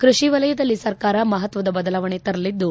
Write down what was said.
ಕೃಷಿ ವಲಯದಲ್ಲಿ ಸರ್ಕಾರ ಮಹತ್ವದ ಬದಲಾವಣಿ ತರಲಿದ್ದು